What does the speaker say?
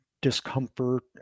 discomfort